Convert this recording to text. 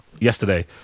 yesterday